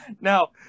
Now